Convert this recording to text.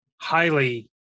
highly